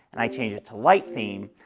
and i change it to light theme,